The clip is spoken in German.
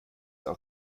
auf